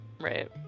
right